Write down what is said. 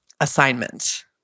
assignment